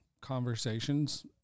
conversations